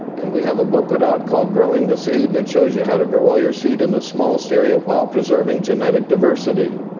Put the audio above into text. and we have a booklet out called growing the seed that shows you how to grow all your seed in the smallest area while preserving genetic diversity.